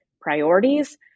priorities